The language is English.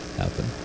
happen